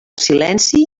silenci